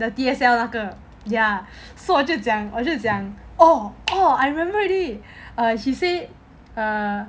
the D_S_L 那个 ya so 我就讲我就讲 oh oh I remember already err she said err